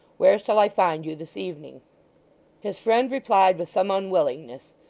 where shall i find you, this evening his friend replied with some unwillingness,